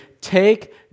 take